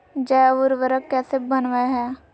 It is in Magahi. जैव उर्वरक कैसे वनवय हैय?